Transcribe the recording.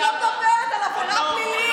אני לא מדברת על עבירה פלילית.